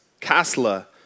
Kasla